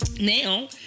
Now